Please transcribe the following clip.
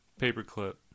paperclip